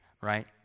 right